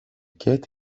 get